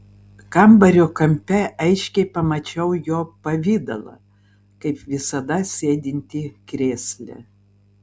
kambario kampe aiškiai pamačiau jo pavidalą kaip visada sėdintį krėsle